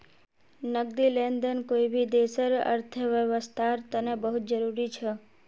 नकदी लेन देन कोई भी देशर अर्थव्यवस्थार तने बहुत जरूरी छ